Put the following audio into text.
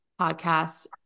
podcast